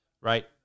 right